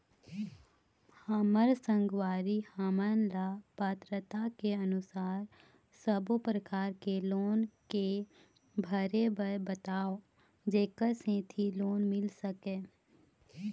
हमर संगवारी हमन ला पात्रता के अनुसार सब्बो प्रकार के लोन के भरे बर बताव जेकर सेंथी लोन मिल सकाए?